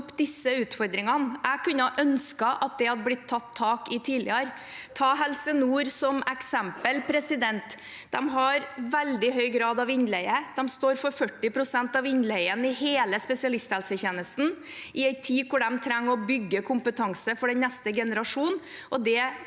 Jeg kunne ha ønsket at det hadde blitt tatt tak i tidligere. Jeg kan ta Helse nord som eksempel. De har veldig høy grad av innleie. De står for 40 pst. av innleien i hele spesialisthelsetjenesten i en tid da de trenger å bygge kompetanse for den neste generasjonen.